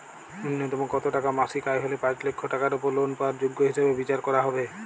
ন্যুনতম কত টাকা মাসিক আয় হলে পাঁচ লক্ষ টাকার উপর লোন পাওয়ার যোগ্য হিসেবে বিচার করা হবে?